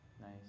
Nice